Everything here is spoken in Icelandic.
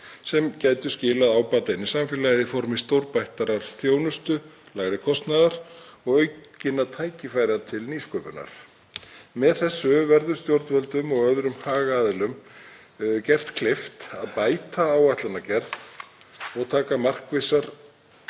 sem gætu skilað ábata inn í samfélagið í formi stórbættrar þjónustu, lægri kostnaðar og aukinna tækifæra til nýsköpunar. Með þessu verður stjórnvöldum og öðrum hagaðilum gert kleift að bæta áætlanagerð og taka markvissar